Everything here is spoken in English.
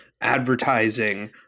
advertising